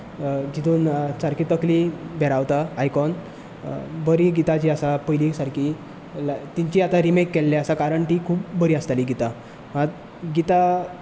जितून सामकी तकली भेरावता आयकोन बरी गितां जी आसात पयलीं सामकी तिंची आतां रिमेक केल्ले आसा कारण तीं खूब बरी आसताली गितां मात गितां